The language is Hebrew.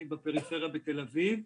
אני בפריפריה בתל אביב.